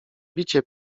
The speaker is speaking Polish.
bicie